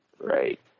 right